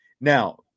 now